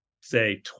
say